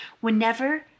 Whenever